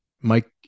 Mike